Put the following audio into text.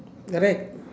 correct